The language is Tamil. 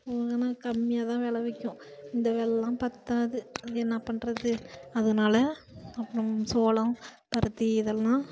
கம்மியாகதான் விலவிக்கும் இந்தவெல்லாம் பத்தாது ஏன்னா பண்ணுறது அதனால அப்புறம் சோளம் பருத்தி இதெல்லாம்